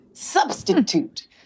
Substitute